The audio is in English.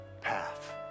path